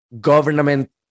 government